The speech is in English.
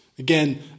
Again